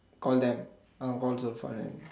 call them I want to call Joshua and